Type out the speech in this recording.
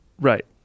Right